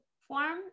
form